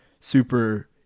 super